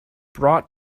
brought